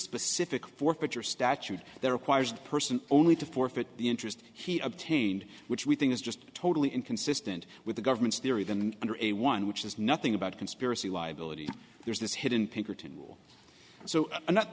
specific forfeiture statute that requires the person only to forfeit the interest he obtained which we think is just totally inconsistent with the government's theory than under a one which is nothing about conspiracy liability there's this hidden pinkerton so not